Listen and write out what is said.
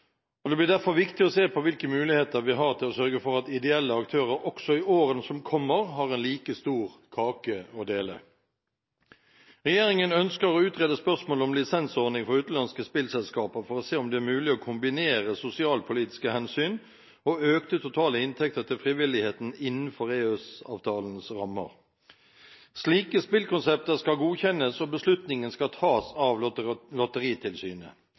og det blir derfor viktig å se på hvilke muligheter vi har til å sørge for at ideelle aktører også i årene som kommer, har en like stor kake å dele. Regjeringen ønsker å utrede spørsmålet om lisensordning for utenlandske spillselskaper for å se om det er mulig å kombinere sosialpolitiske hensyn og økte totale inntekter til frivilligheten innenfor EØS-avtalens rammer. Slike spillkonsepter skal godkjennes, og beslutningen skal tas av Lotteritilsynet.